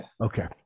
Okay